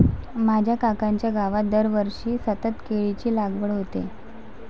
माझ्या काकांच्या गावात दरवर्षी सतत केळीची लागवड होते